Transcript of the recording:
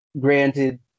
Granted